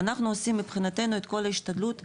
אנחנו עושים מבחינתנו את כל ההשתדלות,